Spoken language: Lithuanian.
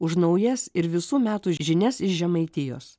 už naujas ir visų metų žinias iš žemaitijos